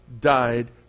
died